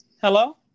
Hello